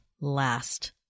last